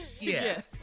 Yes